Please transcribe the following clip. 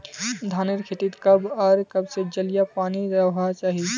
धानेर खेतीत कब आर कब से जल या पानी रहबा चही?